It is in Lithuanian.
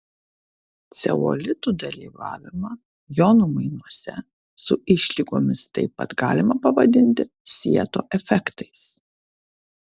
ceolitų dalyvavimą jonų mainuose su išlygomis taip pat galima pavadinti sieto efektais